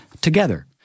together